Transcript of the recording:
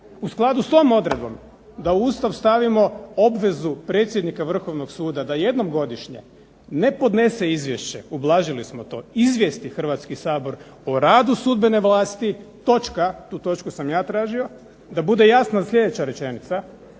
U skladu s tom odredbom da u Ustav stavio obvezu predsjednika Vrhovnog suda da jednom godišnje ne podnese izvješće, ublažili smo to, izvijesti Hrvatski sabor o radu sudbene vlasti. Točka. Tu točku sam ja tražio da bude jasna sljedeća rečenica,